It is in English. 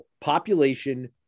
Population